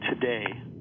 today